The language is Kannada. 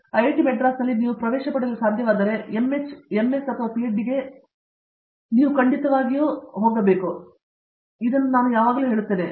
ಐಐಟಿ ಮದ್ರಾಸ್ನಲ್ಲಿ ನೀವು ಪ್ರವೇಶ ಪಡೆಯಲು ಸಾಧ್ಯವಾದರೆ ಎಂಎಸ್ ಅಥವಾ ಪಿಹೆಚ್ಡಿಗೆ ನೀವು ಖಂಡಿತವಾಗಿ ಅದನ್ನು ತೆಗೆದುಕೊಳ್ಳಬೇಕು ಎಂದು ಇಂದಿನ ಜಗತ್ತಿನಲ್ಲಿ ನಾನು ಯಾವಾಗಲೂ ಹೇಳುತ್ತೇನೆ